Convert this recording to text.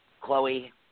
Chloe